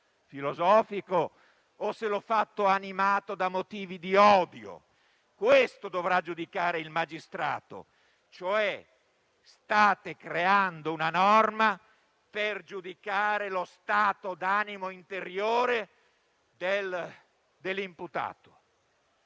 filosofico o se l'abbia fatto animato da motivi di odio? Questo dovrà giudicare il magistrato. State creando una norma per giudicare lo stato d'animo interiore dell'imputato.